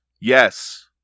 Yes